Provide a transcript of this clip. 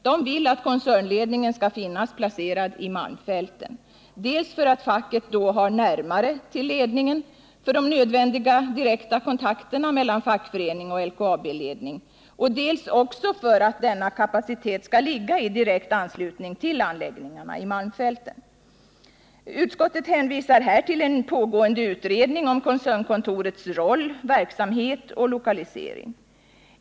De vill att koncernledningen skall finnas placerad i malmfälten, dels för att facket då har närmare till ledningen för de nödvändiga direkta kontakterna mellan fackförening och LKAB-ledning, dels också för att denna kapacitet skall ligga i direkt anslutning till anläggningarna i malmfälten. Utskottet hänvisar till en pågående utredning om koncernkontorets roll, verksamhet och lokalisering.